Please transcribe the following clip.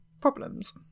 problems